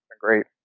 great